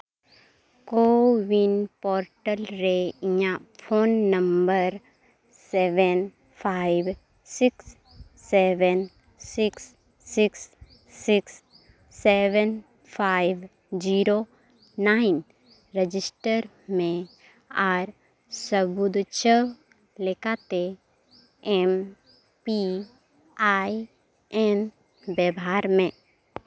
CoWIN portal ᱨᱮ ᱤᱧᱟᱹᱜ phone number seven five six seven six six six seven five zero nine register ᱢᱮ ᱟᱨ ᱥᱟᱹᱵᱩᱫᱽ ᱚᱪᱚᱜ ᱞᱮᱠᱟᱛᱮ ᱮᱢ ᱯᱤ ᱟᱭ ᱮᱱ ᱵᱮᱵᱚᱦᱟᱨ ᱢᱮ